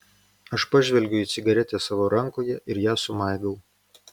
aš pažvelgiu į cigaretę savo rankoje ir ją sumaigau